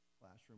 Classroom